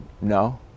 no